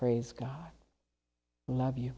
praise god i love you